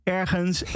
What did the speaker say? ergens